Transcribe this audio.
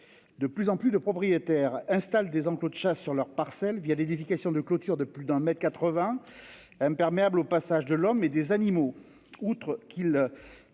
De plus en plus de propriétaires installent des enclos de chasse sur leurs parcelles via l'édification de clôture de plus d'un mètre 80. Imperméable au passage de l'homme et des animaux, outre qu'ils.